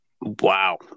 Wow